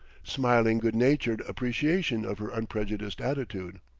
smiling good-natured appreciation of her unprejudiced attitude.